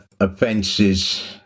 offences